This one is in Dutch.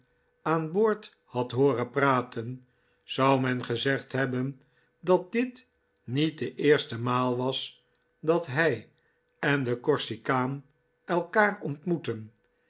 aan boord had hooren praten zou men gezegd hebben dat dit niet de eerste maal was dat hij en de corsikaan elkaar ontmoetten